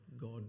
God